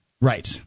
Right